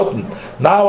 now